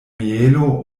mielo